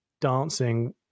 dancing